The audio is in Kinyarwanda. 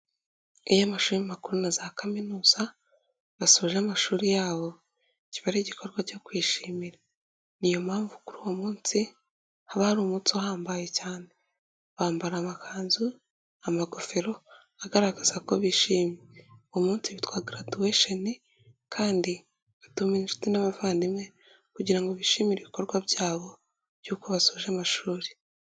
Iyo amashuri makuru na za kaminuza basoje amashuri yabo, kiba ari igikorwa cyo kwishimira niyo mpamvu kuri uwo munsi, haba hari umunsi uhambaye cyane, bambara amakanzu, amagofero, agaragaza ko bishimye. Uwo munsi witwa garaduweshoni, kandi batumira inshuti n'abavandimwe, kugira ngo bishimire ibikorwa byabo by'uko basoje amashuri.